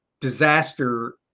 disaster